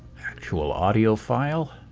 actual audio file.